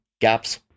gaps